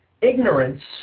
Ignorance